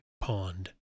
Pond